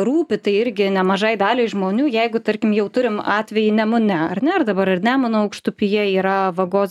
rūpi tai irgi nemažai daliai žmonių jeigu tarkim jau turim atvejį nemune ar ne dabar ir nemuno aukštupyje yra vagos